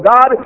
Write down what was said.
God